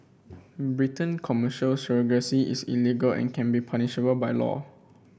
Britain Commercial surrogacy is illegal and can be punishable by law